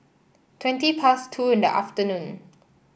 twenty past two in the afternoon